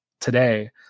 today